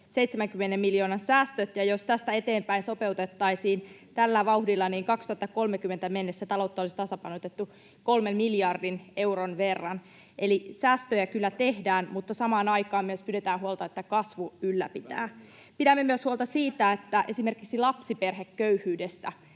370 miljoonan säästöt, ja jos tästä eteenpäin sopeutettaisiin tällä vauhdilla, niin vuoteen 2030 mennessä taloutta olisi tasapainotettu kolmen miljardin euron verran. Eli säästöjä kyllä tehdään, mutta samaan aikaan myös pidetään huolta, että kasvu ylläpitää. Pidämme myös huolta siitä, että esimerkiksi lapsiperheköyhyydessä